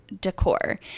decor